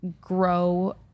grow